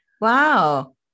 Wow